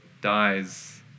dies